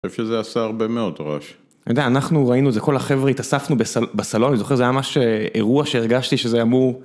אני חושב שזה עשה הרבה מאוד רעש. אני יודע, אנחנו ראינו את זה, כל החבר'ה התאספנו בסלון, אני זוכר, זה היה ממש אירוע שהרגשתי שזה אמור...